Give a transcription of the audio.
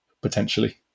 potentially